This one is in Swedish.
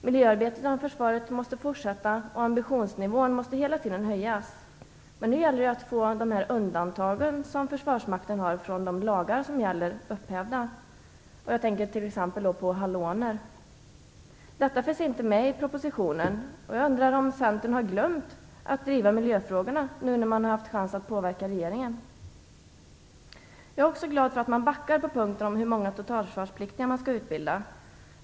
Miljöarbetet inom försvaret måste fortsätta, och ambitionsnivån måste hela tiden höjas. Men nu gäller det att få Försvarsmaktens undantag från gällande lagar upphävda. Jag tänker t.ex. på halonerna. Detta finns inte med i propositionen. Jag undrar om Centern har glömt att driva miljöfrågorna när man nu haft chans att påverka regeringen. Jag är också glad över att man backar på den punkt som gäller hur många totalförsvarspliktiga som skall utbildas.